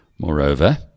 Moreover